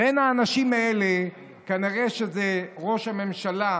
בין האנשים האלה, כנראה גם ראש הממשלה.